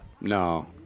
no